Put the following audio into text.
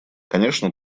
конечно